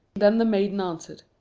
then the maiden answered,